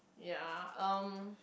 ya um